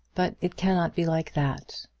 but it cannot be like that.